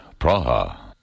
Praha